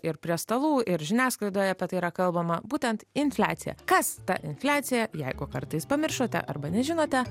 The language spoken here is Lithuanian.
ir prie stalų ir žiniasklaidoje apie tai yra kalbama būtent infliacija kas ta infliacija jeigu kartais pamiršote arba nežinote